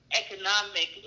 economic